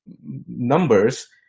numbers